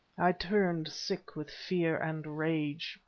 i turned sick with fear and rage.